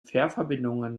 fährverbindungen